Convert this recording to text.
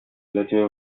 little